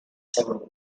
sacro